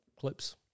clips